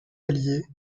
allié